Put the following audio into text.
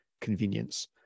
convenience